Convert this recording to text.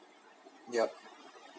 yeah